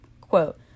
quote